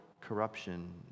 corruption